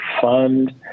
fund